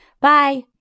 Bye